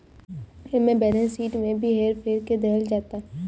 एमे balance sheet में भी हेर फेर क देहल जाता